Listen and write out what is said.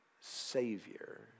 Savior